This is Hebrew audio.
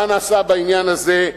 מה נעשה בעניין הזה?